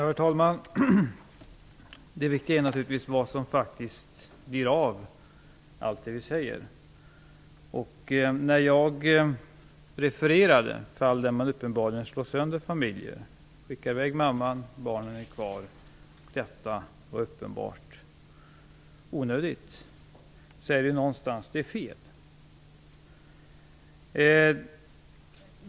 Herr talman! Det viktiga är naturligtvis vad som faktiskt blir av av allt det vi säger. Jag refererade till fall där man slår sönder familjen: mamman skickas i väg medan barnen är kvar i Sverige. Detta är uppenbart onödigt. Någonting är fel.